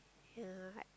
yeah